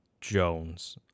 Jones